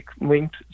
linked